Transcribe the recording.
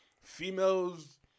Females